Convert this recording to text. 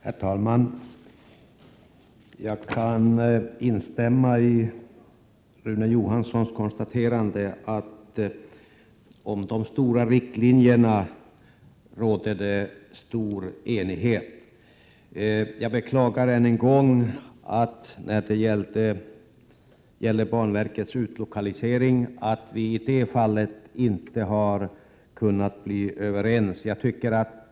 Herr talman! Jag kan instämma i Rune Johanssons konstaterande att det råder stor enighet om huvudriktlinjerna. Jag beklagar än en gång att vi inte kunde komma överens när det gällde banverkets utlokalisering.